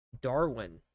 Darwin